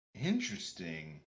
Interesting